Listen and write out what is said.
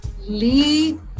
lead